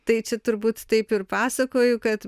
tai čia turbūt taip ir pasakoju kad